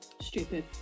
Stupid